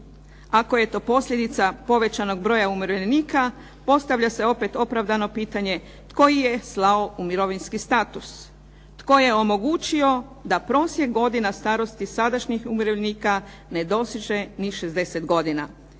Ako je to posljedica povećanog broja umirovljenika, postavlja se opet opravdano pitanje tko ih je slao u mirovinski status, tko je omogućio da prosjek godina starosti sadašnjih umirovljenika ne doseže ni 60 godina.